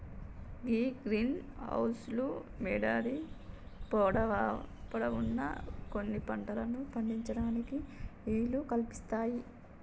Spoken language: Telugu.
గీ గ్రీన్ హౌస్ లు యేడాది పొడవునా కొన్ని పంటలను పండించటానికి ఈలు కల్పిస్తాయి